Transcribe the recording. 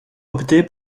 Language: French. opté